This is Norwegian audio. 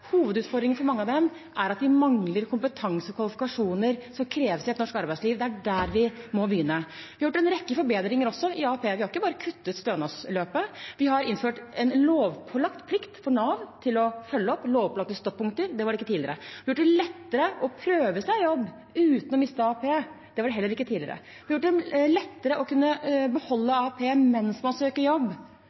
er at de mangler kompetanse og kvalifikasjoner som kreves i et norsk arbeidsliv. Det er der vi må begynne. Vi har også gjort en rekke forbedringer i AAP. Vi har ikke bare kuttet stønadsløpet. Vi har innført en lovpålagt plikt for Nav til å følge opp, lovpålagte stoppunkter; det var det ikke tidligere. Vi har gjort det lettere å prøve seg i jobb uten å miste AAP; det var det heller ikke tidligere. Vi har gjort det lettere å kunne beholde AAP mens man søker jobb,